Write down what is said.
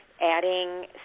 adding